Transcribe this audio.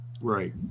Right